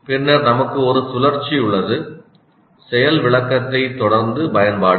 பின்னர் நமக்கு ஒரு சுழற்சி உள்ளது செயல் விளக்கத்தை தொடர்ந்து பயன்பாடு